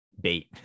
bait